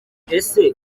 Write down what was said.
ese